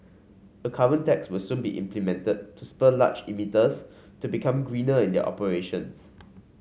a carbon tax will soon be implemented to spur large emitters to become greener in their operations